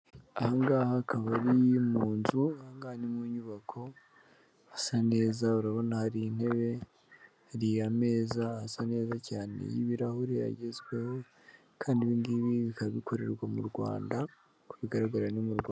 Aha ngaha akaba ari mu nzu, aha ngaha ni mu nyubako hasa neza, urabona hari intebe, hari ameza asa neza cyane y'ibirahuri agezweho kandi ibi ngibi bikabikorerwa mu Rwanda, uko bigaragara ni mu Rwanda.